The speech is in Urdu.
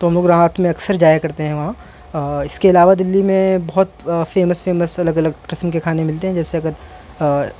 تو ہم لوگ رامٹ میں اکثر جایا کرتے ہیں وہاں اس کے علاوہ دلی میں بہت فیمس فیمس الگ الگ قسم کے کھانے ملتے ہیں جیسے اگر